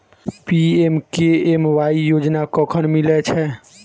PMKMY योजना कखन मिलय छै?